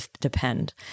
depend